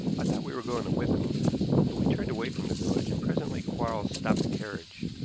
i thought we were going to withan, but we turned away from the village, and presently quarles stopped the carriage.